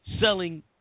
selling